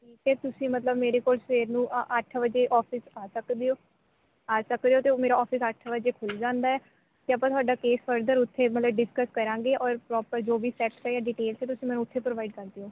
ਠੀਕ ਹੈ ਤੁਸੀਂ ਮਤਲਬ ਮੇਰੇ ਕੋਲ ਸਵੇਰ ਨੂੰ ਅੱਠ ਵਜੇ ਔਫ਼ਿਸ ਆ ਸਕਦੇ ਓ ਆ ਸਕਦੇ ਓ ਅਤੇ ਮੇਰਾ ਔਫ਼ਿਸ ਅੱਠ ਵਜੇ ਖੁੱਲ੍ਹ ਜਾਂਦਾ ਹੈ ਅਤੇ ਆਪਾਂ ਤੁਹਾਡਾ ਕੇਸ ਫਰਦਰ ਉੱਥੇ ਮਤਲਬ ਡਿਸਕਸ ਕਰਾਂਗੇ ਔਰ ਪ੍ਰੋਪਰ ਜੋ ਵੀ ਫੈਕਟ ਜਾਂ ਡੀਟੇਲਜ਼ ਹੈ ਉਹ ਤੁਸੀਂ ਮੈਨੂੰ ਉੱਥੇ ਪ੍ਰੋਵਾਇਡ ਕਰ ਦਿਓ